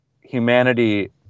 humanity